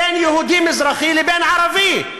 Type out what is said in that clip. בין יהודי מזרחי לבין ערבי.